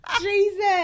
Jesus